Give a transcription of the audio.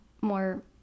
more